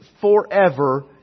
forever